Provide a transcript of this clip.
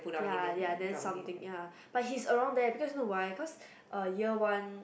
ya ya then something ya but he's around there because you know why because uh year one